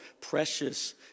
precious